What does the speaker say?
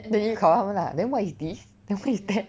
then 你去考他们 lah then what is this what is that